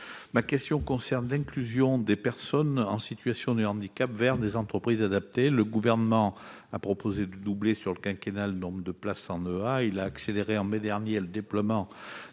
ma question concerne l'inclusion des personnes en situation de handicap et leur orientation vers des entreprises adaptées, ou EA. Le Gouvernement a projeté de doubler, sur le quinquennat, le nombre de places en EA. Il a accéléré, en mai dernier, le déploiement